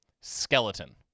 Skeleton